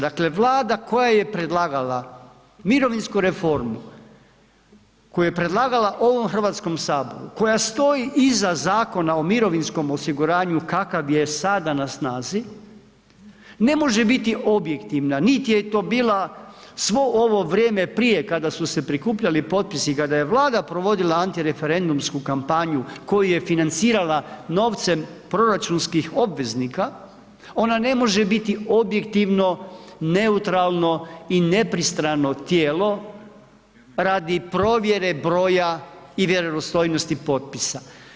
Dakle, Vlada koja je predlagala mirovinsku reformu koju je predlagala ovom Hrvatskom saboru, koja stoji iza Zakona o mirovinskom osiguranju kakav je sada na snazi ne može biti objektivna niti je to bila svo ovo vrijeme prije kada su se prikupljali potpisi, kada je Vlada provodila antireferendumsku kampanju koju je financirala novcem proračunskih obveznika, ona ne može biti objektivno, neutralno i nepristrano tijelo radi provjere broja i vjerodostojnosti potpisa.